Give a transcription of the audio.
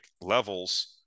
levels